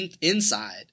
inside